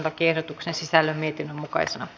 lakiehdotuksen sisällön mietinnön mukaisena